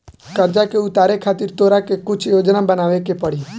कर्जा के उतारे खातिर तोरा के कुछ योजना बनाबे के पड़ी